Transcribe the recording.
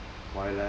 why leh